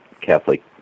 Catholic